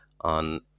on